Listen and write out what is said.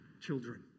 children